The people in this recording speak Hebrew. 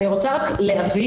אני רוצה להבהיר,